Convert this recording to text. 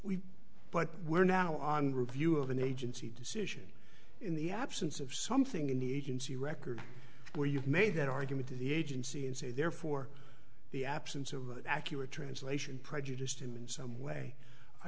but we're now on review of an agency decision in the absence of something in the agency record where you've made that argument to the agency and say therefore the absence of accurate translation prejudiced him in some way i